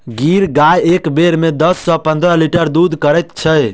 गिर गाय एक बेर मे दस सॅ पंद्रह लीटर दूध करैत छै